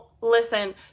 listen